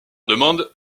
demande